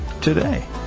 today